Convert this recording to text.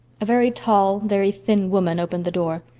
a very tall, very thin woman opened the door.